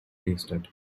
tasted